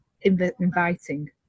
inviting